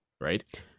right